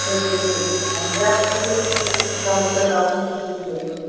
ठीक ठीक ठीक हम हो सकै तऽ अपने से इसकुल छोड़बै